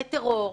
לטרור,